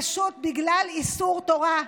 פשוט בגלל איסור תורה.